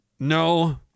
No